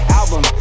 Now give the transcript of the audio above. album